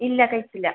ഇല്ല കഴിച്ചില്ല